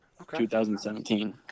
2017